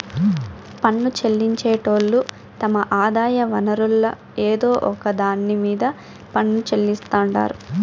పన్ను చెల్లించేటోళ్లు తమ ఆదాయ వనరుల్ల ఏదో ఒక దాన్ని మీద పన్ను చెల్లిస్తాండారు